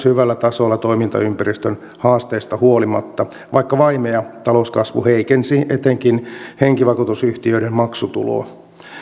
hyvällä tasolla toimintaympäristön haasteista huolimatta vaikka vaimea talouskasvu heikensi etenkin henkivakuutusyhtiöiden maksutuloa